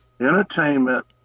entertainment